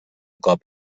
cop